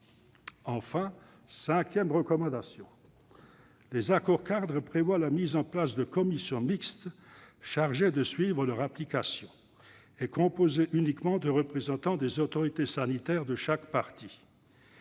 Enfin, cinquièmement, les accords-cadres prévoient la mise en place de commissions mixtes chargées de suivre leur application, composées uniquement de représentants des autorités sanitaires de chaque partie.